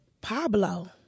Pablo